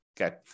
Okay